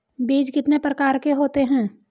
बीज कितने प्रकार के होते हैं?